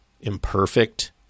imperfect